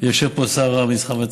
יושב פה שר המסחר והתעשייה,